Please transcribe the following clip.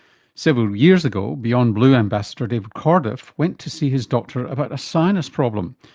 several years ago, beyondblue ambassador david corduff, went to see his doctor about a sinus problem.